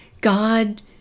God